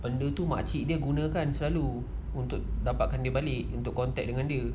benda tu makcik dia guna kan selalu untuk contact dengan dia